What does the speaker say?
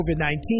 COVID-19